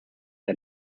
der